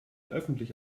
öffentlich